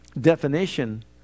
definition